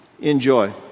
enjoy